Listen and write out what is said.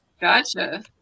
Gotcha